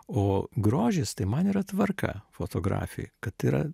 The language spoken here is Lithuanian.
o grožis tai man yra tvarka fotografijoj kad yra